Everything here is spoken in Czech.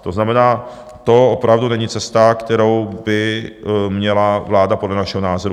To znamená, to opravdu není cesta, kterou by měla vláda podle našeho názoru jít.